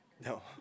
No